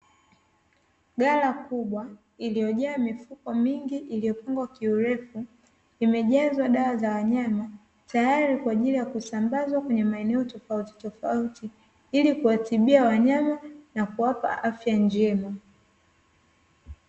Gala kubwa iliyojaaa mifuko mingi iliyofungwa kiurefu, imejazwa dawa za wanyama tayari kwa ajili ya kusambazwa kwenye maeneo tofauti tofautitofauti, ili kuwatibia wanyama na kuwapa afya njema.